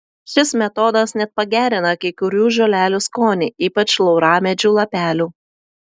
šis metodas net pagerina kai kurių žolelių skonį ypač lauramedžių lapelių